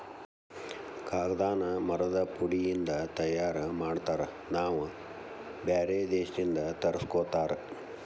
ಕಾಗದಾನ ಮರದ ಪುಡಿ ಇಂದ ತಯಾರ ಮಾಡ್ತಾರ ನಾವ ಬ್ಯಾರೆ ದೇಶದಿಂದ ತರಸ್ಕೊತಾರ